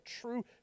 true